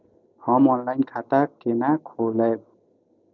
हम ऑनलाइन खाता केना खोलैब?